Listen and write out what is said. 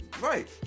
Right